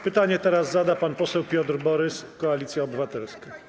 Pytanie teraz zada pan poseł Piotr Borys, Koalicja Obywatelska.